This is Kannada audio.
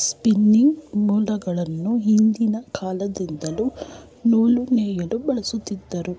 ಸ್ಪಿನಿಂಗ್ ಮೂಲ್ಗಳನ್ನು ಹಿಂದಿನ ಕಾಲದಿಂದಲ್ಲೂ ನೂಲು ನೇಯಲು ಬಳಸಲಾಗತ್ತಿದೆ,